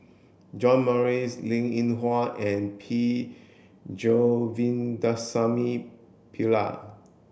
John Morrice Linn In Hua and P Govindasamy Pillai